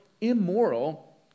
immoral